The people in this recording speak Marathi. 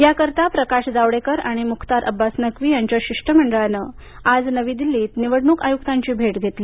याकरता प्रकाश जावडेकर आणि मुखतार अब्बास नकवी यांच्या शिष्टमंडळानं आज नवी दिल्लीत निवडणूक आयुकांची भेट घेतली